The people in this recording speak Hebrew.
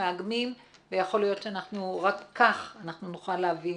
יכול להיות שרק כך אנחנו נוכל להביא